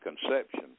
conception